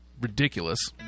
ridiculous